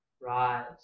rise